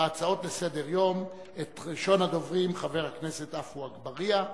בהצעות לסדר-יום מס' 3913, 4301,